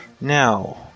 Now